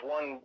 One